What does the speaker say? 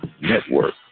Network